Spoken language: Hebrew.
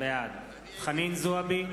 בעד חנין זועבי,